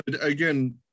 again